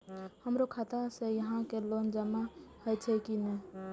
हमरो खाता से यहां के लोन जमा हे छे की ने?